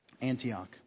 Antioch